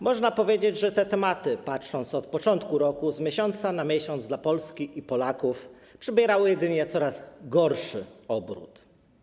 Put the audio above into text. Można powiedzieć, że te sprawy, patrząc od początku roku, z miesiąca na miesiąc dla Polski i Polaków przybierały coraz gorszy obrót.